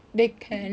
mmhmm